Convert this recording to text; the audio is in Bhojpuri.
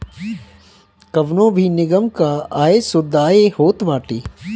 कवनो भी निगम कअ आय शुद्ध आय होत बाटे